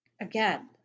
again